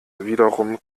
wiederum